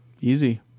Easy